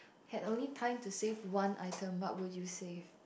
had only time to save one item what would you save